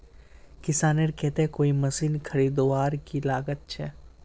किसानेर केते कोई मशीन खरीदवार की लागत छे?